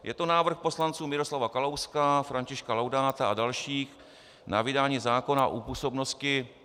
Je to návrh poslanců Miroslava Kalouska, Františka Laudáta a dalších na vydání zákona o působnosti...